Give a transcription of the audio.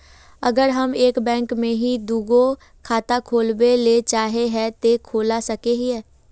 अगर हम एक बैंक में ही दुगो खाता खोलबे ले चाहे है ते खोला सके हिये?